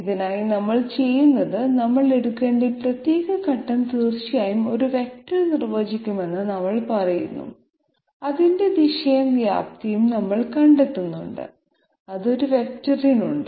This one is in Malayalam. ഇതിനായി നമ്മൾ ചെയ്യുന്നത് നമ്മൾ എടുക്കേണ്ട ഈ പ്രത്യേക ഘട്ടം തീർച്ചയായും ഒരു വെക്റ്റർ നിർവചിക്കുമെന്ന് നമ്മൾ പറയുന്നു അതിന്റെ ദിശയും വ്യാപ്തിയും നമ്മൾ കണ്ടെത്തുന്നു അത് ഒരു വെക്റ്ററിനുണ്ട്